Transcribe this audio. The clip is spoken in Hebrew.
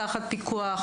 תחת פיקוח,